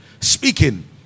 speaking